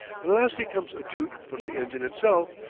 and lastly comes a toot from the engine itself,